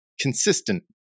consistent